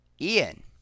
Ian